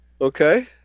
Okay